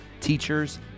teachers